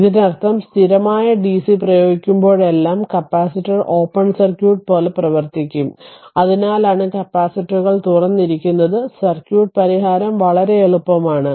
അതിനാൽ ഇതിനർത്ഥം സ്ഥിരമായ ഡിസി പ്രയോഗിക്കുമ്പോഴെല്ലാം കപ്പാസിറ്റർ ഓപ്പൺ സർക്യൂട്ട് പോലെ പ്രവർത്തിക്കും അതിനാലാണ് കപ്പാസിറ്ററുകൾ തുറന്നിരിക്കുന്നത് സർക്യൂട്ട് പരിഹാരം വളരെ എളുപ്പമാണ്